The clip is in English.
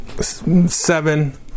seven